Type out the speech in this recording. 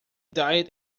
died